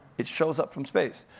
it shows up from space.